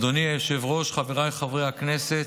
אדוני היושב-ראש, חבריי חברי הכנסת,